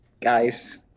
Guys